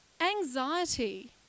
anxiety